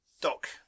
dock